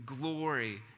glory